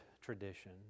tradition